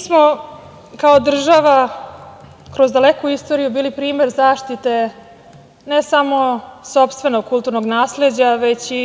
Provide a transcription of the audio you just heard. smo kao država kroz daleku istoriju bili primer zaštite ne samo sopstvenog kulturnog nasleđa, već i